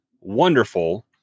wonderful